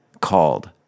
called